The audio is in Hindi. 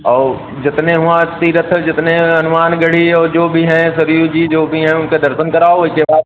और जितने वहाँ तीर्थ जितने हैं हनुमानगढ़ी और जो भी हैं सरयू जी जो भी हैं उनके दर्शन कराओ उसके बाद